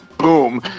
boom